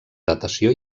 datació